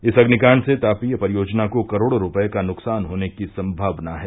इस अग्निकांड से तापीय परियोजना को करोड़ों रूपये का नुकसान होने की संभावना है